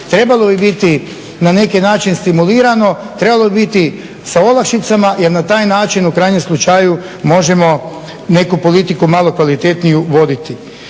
trebalo bi biti na neki način stimulirano, trebalo bi biti sa olakšicama jer na taj način u krajnjem slučaju možemo neku politiku malo kvalitetniju voditi.